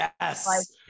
Yes